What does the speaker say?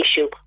issue